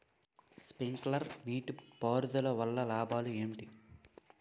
Sprinkler నీటిపారుదల వల్ల లాభాలు ఏంటి?